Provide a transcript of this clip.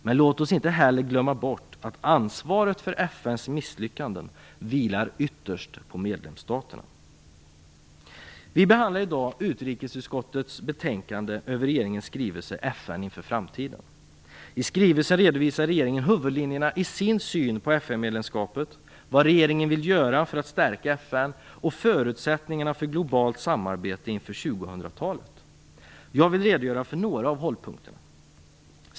Men låt oss heller inte glömma bort att ansvaret för FN:s misslyckanden ytterst vilar på medlemsstaterna. Vi behandlar i dag utrikesutskottets betänkande över regeringens skrivelse FN inför framtiden. I skrivelsen redovisar regeringen huvudlinjerna i sin syn på FN-medlemskapet, vad regeringen vill göra för att stärka FN och förutsättningarna för globalt samarbete inför 2000-talet. Jag vill redogöra för några av hållpunkterna.